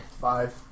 Five